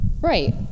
Right